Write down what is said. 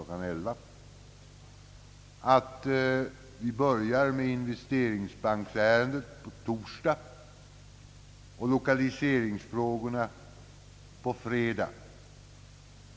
23.00; att vi börjar med investeringsbanksärendet på torsdag och med lokaliseringsfrågorna på fredag.